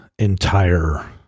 entire